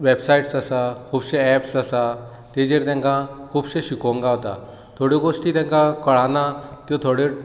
websites आसात खुबशे apps आसात तेचेर तांका खुबशे शिकूंक गावता थोडे गोश्टी तांका कळना त्यो थोड्यो